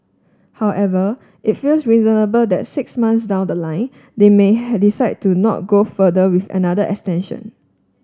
however it feels reasonable that six months down the line they may had decide to not go further with another extension